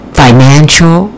financial